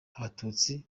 abatutsi